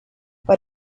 but